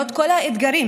תוכל להתעדכן